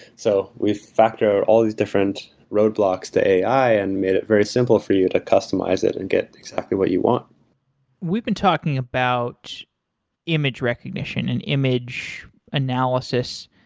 so factor all these different roadblocks to ai and made it very simple for you to customize it and get exactly what you want we've been talking about image recognition and image analysis.